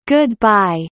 Goodbye